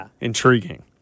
intriguing